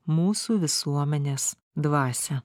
mūsų visuomenės dvasią